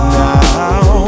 now